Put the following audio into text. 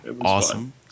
awesome